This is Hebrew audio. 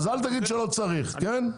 אז אל תגיד שלא צריך, כן?